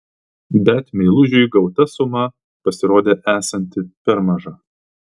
bet meilužiui gauta suma pasirodė esanti per maža